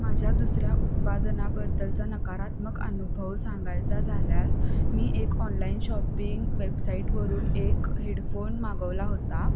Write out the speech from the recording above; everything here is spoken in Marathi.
माझ्या दुसऱ्या उत्पादनाबद्दलचा नकारात्मक अनुभव सांगायचा झाल्यास मी एक ऑनलाईन शॉपिंग वेबसाईटवरून एक हेडफोन मागवला होता